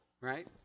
right